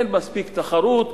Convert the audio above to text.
אין מספיק תחרות,